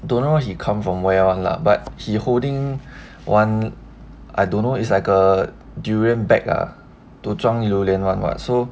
don't know he come from where [one] lah but he holding one I don't know it's like a durian bag ah to 装榴莲 [one] [what] so